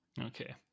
Okay